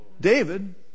David